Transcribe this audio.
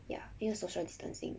ya 因为 social distancing